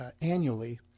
annually